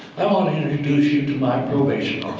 i want to introduce you to my probation